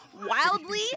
wildly